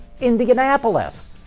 Indianapolis